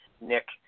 Nick